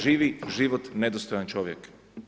Živi život nedostojan čovjeka.